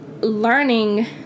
learning